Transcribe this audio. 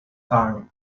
arm